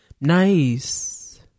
Nice